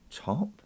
top